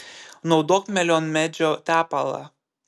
naudok melionmedžio tepalą